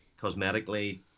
Cosmetically